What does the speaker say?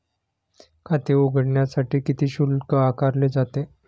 खाते उघडण्यासाठी किती शुल्क आकारले जाते?